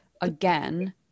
again